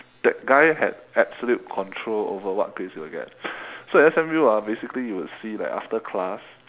that guy had absolute control over what grades you will get so S_M_U ah basically you would see like after class